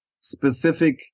specific